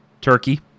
Turkey